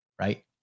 Right